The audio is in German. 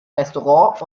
restaurant